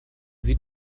sie